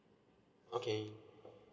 okay